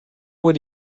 would